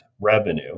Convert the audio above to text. revenue